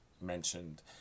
mentioned